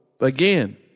again